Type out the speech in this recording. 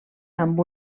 amb